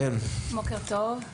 בוקר טוב.